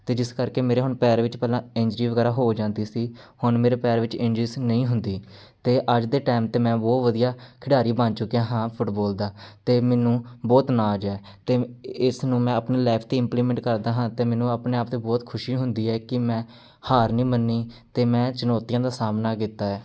ਅਤੇ ਜਿਸ ਕਰਕੇ ਮੇਰੇ ਹੁਣ ਪੈਰ ਵਿੱਚ ਪਹਿਲਾਂ ਇੰਜਰੀ ਵਗੈਰਾ ਹੋ ਜਾਂਦੀ ਸੀ ਹੁਣ ਮੇਰੇ ਪੈਰ ਵਿੱਚ ਇੰਜਰੀਸ ਨਹੀਂ ਹੁੰਦੀ ਅਤੇ ਅੱਜ ਦੇ ਟਾਈਮ 'ਤੇ ਮੈਂ ਬਹੁਤ ਵਧੀਆ ਖਿਡਾਰੀ ਬਣ ਚੁੱਕਿਆ ਹਾਂ ਫੁੱਟਬੋਲ ਦਾ ਅਤੇ ਮੈਨੂੰ ਬਹੁਤ ਨਾਜ ਹੈ ਅਤੇ ਇਸ ਨੂੰ ਮੈਂ ਆਪਣੇ ਲਾਈਫ 'ਤੇ ਇੰਪਲੀਮੈਂਟ ਕਰਦਾ ਹਾਂ ਅਤੇ ਮੈਨੂੰ ਆਪਣੇ ਆਪ 'ਤੇ ਬਹੁਤ ਖੁਸ਼ੀ ਹੁੰਦੀ ਹੈ ਕਿ ਮੈਂ ਹਾਰ ਨਹੀਂ ਮੰਨੀ ਅਤੇ ਮੈਂ ਚੁਣੌਤੀਆਂ ਦਾ ਸਾਹਮਣਾ ਕੀਤਾ ਹੈ